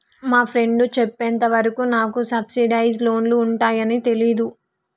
మా ఫ్రెండు చెప్పేంత వరకు నాకు సబ్సిడైజ్డ్ లోన్లు ఉంటయ్యని తెలీదు